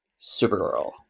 Supergirl